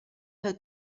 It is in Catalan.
que